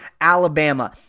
Alabama